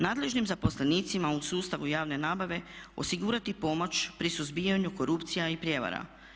Nadležnim zaposlenicima u sustavu javne nabave osigurati pomoć pri suzbijanju korupcija i prijevara.